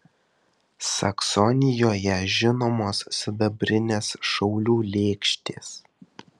saksonijoje žinomos sidabrinės šaulių lėkštės